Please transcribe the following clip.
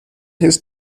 his